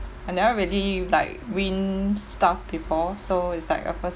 I never really like win stuff before so it's like a first